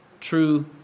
true